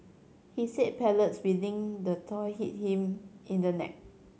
he said pellets within the toy hit him in the neck